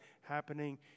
happening